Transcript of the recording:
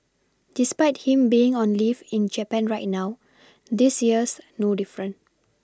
despite him being on leave in Japan right now this year's no different